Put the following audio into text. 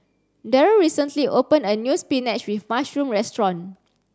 Darryl recently opened a new spinach with mushroom restaurant